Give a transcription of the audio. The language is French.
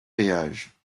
péage